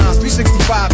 365